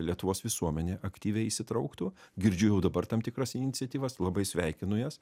lietuvos visuomenė aktyviai įsitrauktų girdžiu jau dabar tam tikras iniciatyvas labai sveikinu jas